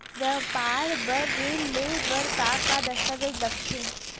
व्यापार बर ऋण ले बर का का दस्तावेज लगथे?